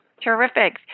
Terrific